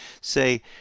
say